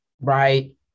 Right